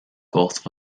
gulf